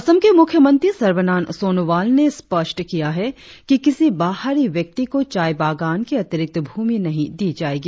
असम के मुख्यमंत्री सर्बानंद सोनोवाल ने स्पष्ठ किया है कि किसी बाहरी व्यक्ति को चाय बागान की अतिरिक्त भूमि नहीं दी जाएगी